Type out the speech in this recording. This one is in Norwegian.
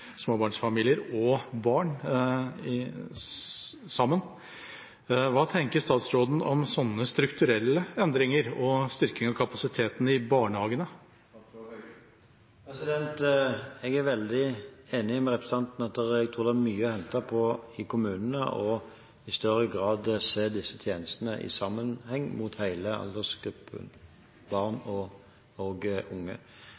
småbarnsfamilier og barn sammen. Hva tenker statsråden om sånne strukturelle endringer og styrking av kapasiteten i barnehagene? Jeg er veldig enig med representanten i at det er mye å hente i kommunene ved i større grad å se disse tjenestene i sammenheng mot hele aldersgruppen barn og unge.